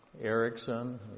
Erickson